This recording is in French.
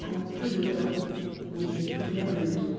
qu'en peu de temps ils y tournèrent iii dos